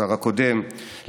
השר הקודם,